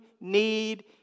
need